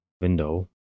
window